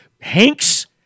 Hanks